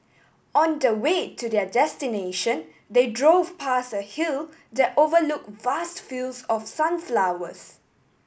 on the way to their destination they drove past a hill that overlook vast fields of sunflowers